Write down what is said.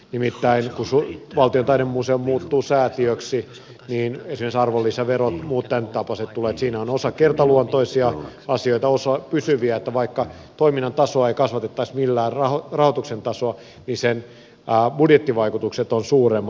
nimittäin kun valtion taidemuseo muuttuu säätiöksi niin esimerkiksi arvonlisävero ja muut tämäntapaiset tulevat ja siinä on osa kertaluontoisia asioita osa pysyviä joten vaikka toiminnan tasoa ei kasvatettaisi millään rahoituksen tasoa niin sen budjettivaikutukset ovat suuremmat